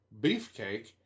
Beefcake